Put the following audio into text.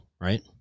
right